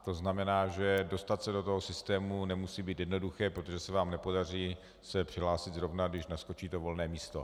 To znamená, že dostat se do toho systému nemusí být jednoduché, protože se vám nepodaří se přihlásit zrovna, když naskočí to volné místo.